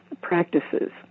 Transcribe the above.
practices